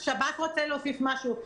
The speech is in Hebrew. שב"ס רוצה להוסיף משהו.